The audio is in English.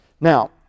Now